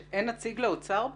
אין כאן נציג לאוצר?